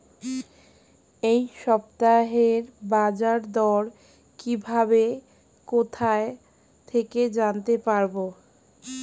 এই সপ্তাহের বাজারদর কিভাবে কোথা থেকে জানতে পারবো?